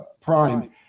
prime